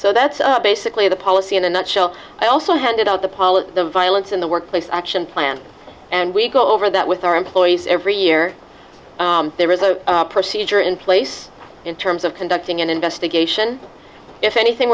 so that's basically the policy in a nutshell i also handed out the policy of violence in the workplace action plan and we go over that with our employees every year there is a procedure in place in terms of conducting an investigation if anything